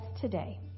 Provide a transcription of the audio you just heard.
today